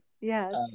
Yes